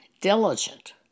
diligent